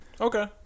Okay